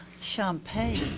champagne